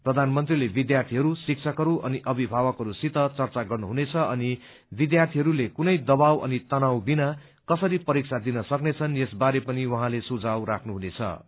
प्रधानमंत्रीले विध्यार्थीहरू शिक्षकहरू अनि अभिभावकहरूसित चर्चा गर्नुहुनेछ अनि विध्यार्थीहरूले कुनै दवाब अनि तनाव विना कसरी परीक्षा दिन सक्नेछन् यसबारे पनि उहाँले आफ्नो सुझाव राख्नेछन्